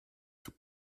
tout